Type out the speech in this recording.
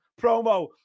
promo